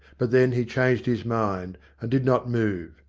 but then he changed his mind, and did not move.